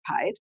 paid